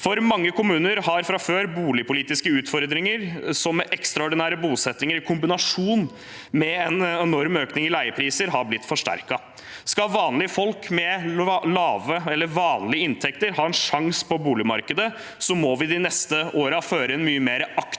For mange kommuner har fra før boligpolitiske utfordringer, som med ekstraordinære bosettinger i kombinasjon med en enorm økning i leiepriser har blitt forsterket. Skal vanlige folk med lave eller vanlige inntekter ha en sjanse på boligmarkedet, må vi de neste årene føre en mye mer aktiv